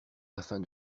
afin